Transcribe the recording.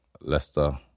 Leicester